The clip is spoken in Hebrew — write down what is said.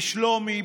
בשלומי,